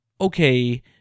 Okay